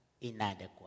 inadequate